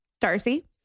Darcy